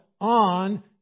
on